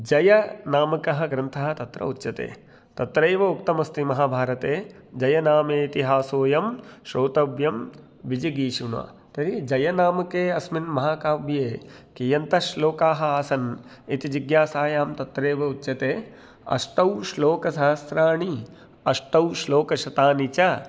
जयनामकः ग्रन्थः तत्र उच्यते तत्रैव उक्तमस्ति महाभारते जयनामेतिहासोऽयं श्रोतव्यं विजिगीषुणा तर्हि जयनामके अस्मिन् महाकाव्ये कियन्तः श्लोकाः आसन् इति जिज्ञासायां तत्रैव उच्यते अष्टौ श्लोकसहस्राणि अष्टौ श्लोकशतानि च